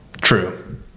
True